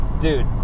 Dude